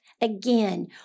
Again